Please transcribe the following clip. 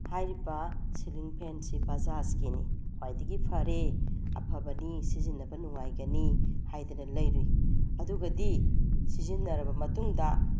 ꯍꯥꯏꯔꯤꯕ ꯁꯤꯂꯤꯡ ꯐꯦꯟꯁꯤ ꯕꯥꯖꯥꯖꯀꯤꯅꯤ ꯈ꯭ꯋꯥꯏꯗꯒꯤ ꯐꯔꯦ ꯑꯐꯕꯅꯤ ꯁꯤꯖꯤꯟꯅꯕ ꯅꯨꯡꯉꯥꯏꯒꯅꯤ ꯍꯥꯏꯗꯅ ꯂꯩꯔꯨꯏ ꯑꯗꯨꯒꯗꯤ ꯁꯤꯖꯤꯟꯅꯔꯕ ꯃꯇꯨꯡꯗ